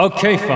Okay